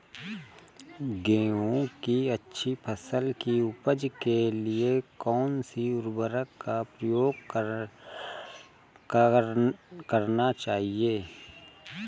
गेहूँ की अच्छी फसल की उपज के लिए कौनसी उर्वरक का प्रयोग करना चाहिए?